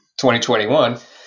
2021